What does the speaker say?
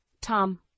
Tom